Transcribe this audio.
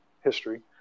history